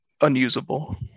unusable